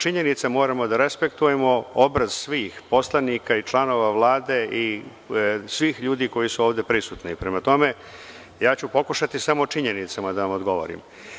Činjenica, moramo da respektujemo obraz svih poslanika i članova Vlade i svih ljudi koji su ovde prisutni, prema tome, pokušaću samo činjenicama da odgovorim.